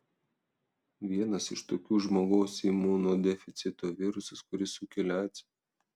vienas iš tokių žmogaus imunodeficito virusas kuris sukelia aids